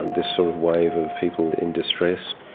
this sort of wave of people in distress.